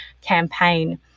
campaign